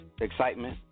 Excitement